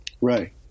Right